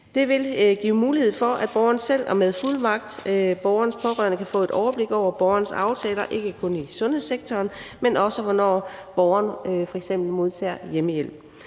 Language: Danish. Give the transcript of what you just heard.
Det vil give mulighed for, at borgeren selv eller borgerens pårørende med fuldmagt kan få et overblik over borgerens aftaler, ikke kun i sundhedssektoren, men også hvornår borgeren f.eks. modtager hjemmehjælp.